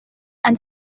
and